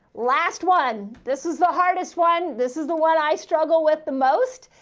last one. this is the hardest one. this is the one i struggle with the most,